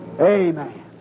Amen